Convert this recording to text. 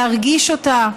להרגיש אותה,